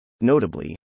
Notably